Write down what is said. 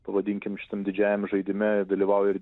pavadinkim šitam didžiajam žaidime dalyvauja ir